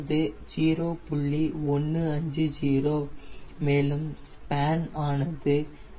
150 மேலும் ஸ்பேன் ஆனது 0